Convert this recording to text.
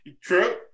True